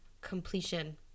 completion